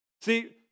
See